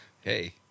hey